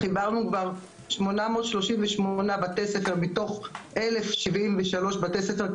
חיברנו כבר 838 בתי ספר מתוך 1,073 בתי ספר,